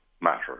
matter